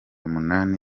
munani